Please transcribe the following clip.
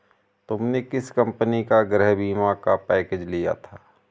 तुमने किस कंपनी का गृह बीमा का पैकेज लिया था?